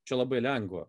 čia labai lengva